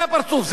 זה הפרצוף.